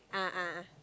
ah ah ah